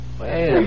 Wait